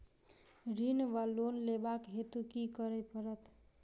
ऋण वा लोन लेबाक हेतु की करऽ पड़त?